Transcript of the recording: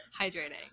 hydrating